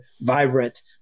vibrant